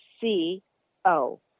C-O